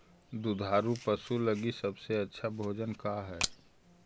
दुधार पशु लगीं सबसे अच्छा भोजन का हई?